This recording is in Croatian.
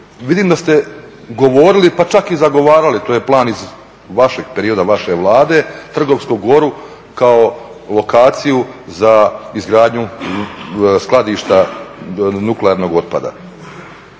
vidim da ste govorili, pa čak i zagovarali to je plan iz vašeg perioda vaše Vlade Trgovsku goru kao lokaciju za izgradnju skladišta nuklearnog otpada.